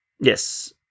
Yes